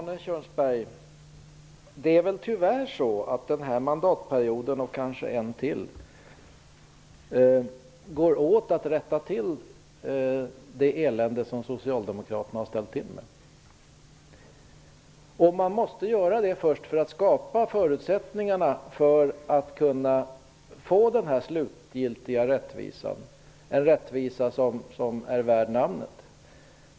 Herr talman! Det är nog tyvärr så, Arne Kjörnsberg, att den här mandatperioden och kanske en till går åt för att rätta till det elände som Socialdemokraterna har ställt till med. Man måste göra det först för att skapa förutsättningar för att få den slutgiltiga rättvisan -- en rättvisa som är värd namnet.